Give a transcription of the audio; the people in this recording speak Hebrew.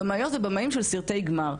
במאיות ובמאים של סרטי גמר.